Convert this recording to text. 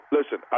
Listen